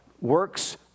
Works